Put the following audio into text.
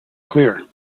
clear